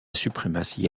suprématie